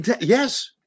Yes